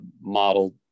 model